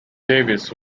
davis